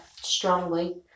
strongly